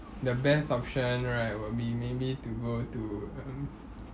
the best option right would be maybe to go to um